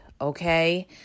okay